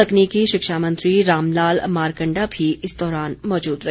तकनीकी शिक्षा मंत्री राम लाल मारकण्डा भी इस दौरान मौजूद रहे